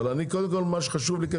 אבל קודם כל מה שחשוב לי,